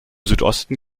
südosten